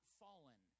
fallen